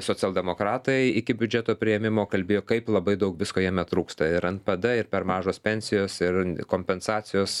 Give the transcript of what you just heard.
socialdemokratai iki biudžeto priėmimo kalbėjo kaip labai daug visko jame trūksta ir npd per mažos pensijos ir kompensacijos